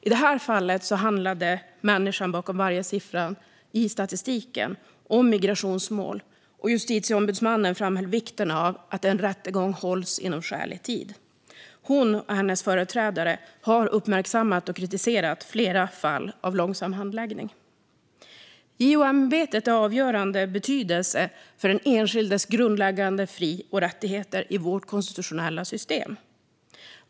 I detta fallet handlade människan bakom varje siffra i statistiken om migrationsmål, och justitieombudsmannen framhöll vikten av att en rättegång hålls inom skälig tid. Hon och hennes företrädare har uppmärksammat och kritiserat flera fall av långsam handläggning. JO-ämbetet är av avgörande betydelse för den enskildes grundläggande fri och rättigheter i vårt konstitutionella system.